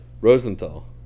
Rosenthal